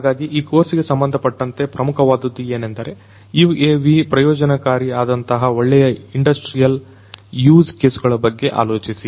ಹಾಗಾಗಿ ಈ ಕೋರ್ಸಿಗೆ ಸಂಬಂಧಪಟ್ಟಂತೆ ಪ್ರಮುಖವಾದದ್ದು ಏನೆಂದರೆ UAV ಪ್ರಯೋಜನಕಾರಿ ಆದಂತಹ ಒಳ್ಳೆಯ ಇಂಡಸ್ಟ್ರಿಯಲ್ ಯೂಸ್ ಕೇಸುಗಳ ಬಗ್ಗೆ ಆಲೋಚಿಸಿ